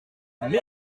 elle